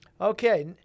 Okay